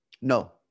No